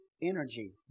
Energy